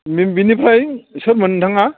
नों बिनिफ्राय सोरमोन नोंथाङा